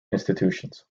institutions